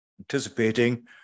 Anticipating